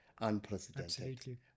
unprecedented